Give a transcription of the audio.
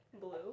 Blue